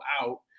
out